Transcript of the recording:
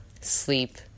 sleep